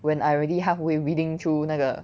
when I already halfway reading through 那个